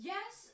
Yes